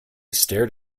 stared